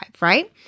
right